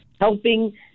helping